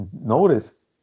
notice